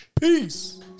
Peace